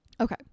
Okay